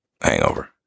Hangover